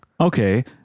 Okay